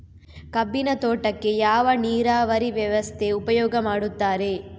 ಕಬ್ಬಿನ ತೋಟಕ್ಕೆ ಯಾವ ನೀರಾವರಿ ವ್ಯವಸ್ಥೆ ಉಪಯೋಗ ಮಾಡುತ್ತಾರೆ?